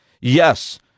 Yes